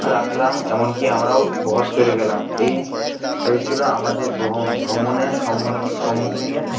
রাখলাম এমনকি আমরাও ঘর চলে গেলাম এই হয়েছিল আমাদের ভ্রমণের সম্মুখীনের